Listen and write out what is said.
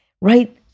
right